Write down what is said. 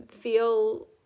feel